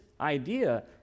idea